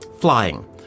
flying